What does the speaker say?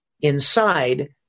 inside